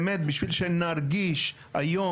באמת בשביל שנרגיש היום,